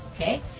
Okay